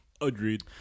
Agreed